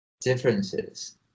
differences